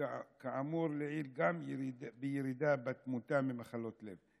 וכאמור לעיל, גם בירידה בתמותה ממחלות לב.